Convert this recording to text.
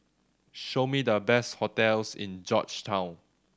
show me the best hotels in Georgetown